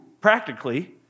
practically